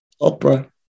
opera